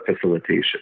facilitation